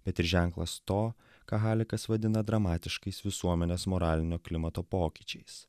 bet ir ženklas to ką halikas vadina dramatiškais visuomenės moralinio klimato pokyčiais